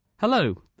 Hello